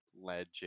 legend